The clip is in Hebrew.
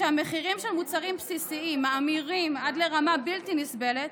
כשהמחירים של מוצרים בסיסיים מאמירים עד לרמה בלתי נסבלת,